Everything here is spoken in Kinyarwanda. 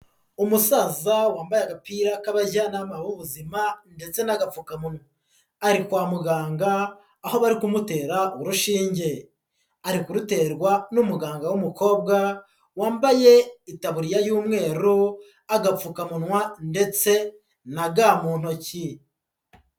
Umusaza wambaye agapira k'abajyanama b'ubuzima ndetse n'agapfukamunwa, ari kwa muganga aho bari kumutera urushinge, ari kuruterwa n'umuganga w'umukobwa, wambaye itaburiya y'umweru, agapfukamunwa ndetse na ga mu ntoki.